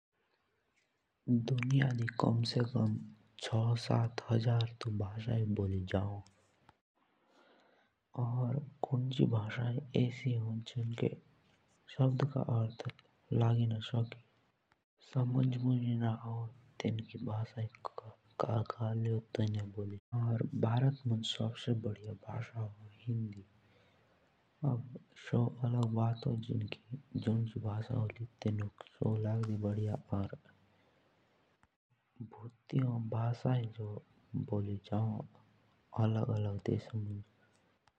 दुनियांदी कम से कम भी छो सात हजार से जादा भाषा होन। और कुंगी भाषा ऐसी होन जेनुका अर्थ भी पता ना होन कि एटका आरथ का सोकड़ा होन। और भारत मुँज सबसे बड़िया हिंदी होन। पर जो जुंजी भाषा बोलो सो तेसी बड़िया लागों।